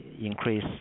increase